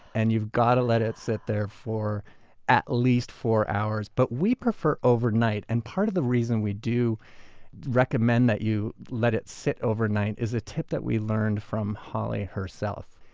and you've got to let it sit there for at least four hours, but we prefer overnight. and part of the reason we do recommend that you let it sit overnight is a tip that we learned from holly herself.